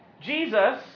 Jesus